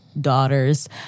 daughters